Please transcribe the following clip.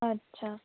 अच्छा